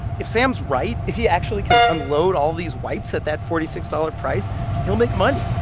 if sam's right if he actually can unload all these wipes at that forty six dollars price he'll make money.